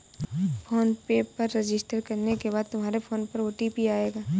phone पे पर register करने के बाद तुम्हारे फोन नंबर पर ओ.टी.पी आएगा